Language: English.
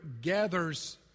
gathers